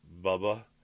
Bubba